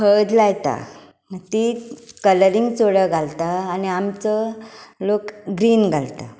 हळद लायतात ती कलरींग चूडो घालतात आनी आमचो लोक ग्रीन घालतात